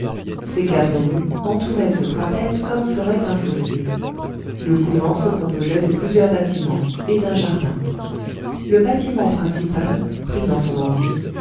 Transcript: ces quatre rues entouraient ce trapèze comme ferait un fossé le couvent se composait de plusieurs bâtiments et d'un jardin le bâtiment principal pris dans son entier